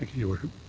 your worship.